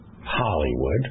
Hollywood